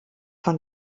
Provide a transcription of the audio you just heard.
von